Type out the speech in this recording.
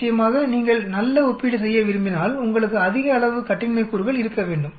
நிச்சயமாகநீங்கள் நல்ல ஒப்பீடு செய்ய விரும்பினால் உங்களுக்கு அதிக அளவு கட்டின்மை கூறுகள் இருக்க வேண்டும்